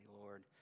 Lord